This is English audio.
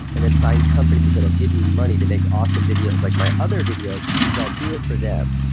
and then find companies that will give me money to make awesome videos like my other videos, but i'll do it for them.